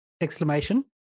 exclamation